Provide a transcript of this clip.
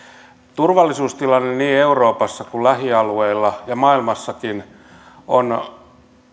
turvallisuustilanne niin euroopassa kuin lähialueilla ja maailmassakin on